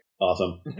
Awesome